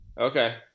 Okay